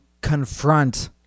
confront